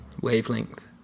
wavelength